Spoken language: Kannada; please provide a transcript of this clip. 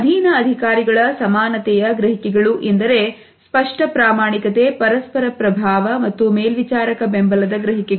ಅಧೀನ ಅಧಿಕಾರಿಗಳ ಸಮಾನತೆಯ ಗ್ರಹಿಕೆಗಳು ಎಂದರೆ ಸ್ಪಷ್ಟ ಪ್ರಾಮಾಣಿಕತೆ ಪರಸ್ಪರ ಪ್ರಭಾವ ಮತ್ತು ಮೇಲ್ವಿಚಾರಕ ಬೆಂಬಲದ ಗ್ರಹಿಕೆಗಳು